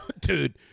Dude